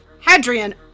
Hadrian